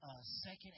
second